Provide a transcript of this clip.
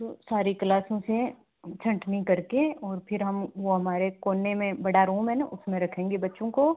तो सारी क्लासों से छँटनी करके और फिर हम वह हमारे कोने में बड़ा रूम है ना उसमें रखेंगे बच्चों को